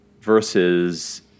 versus